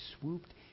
swooped